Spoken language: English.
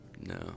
No